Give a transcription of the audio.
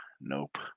nope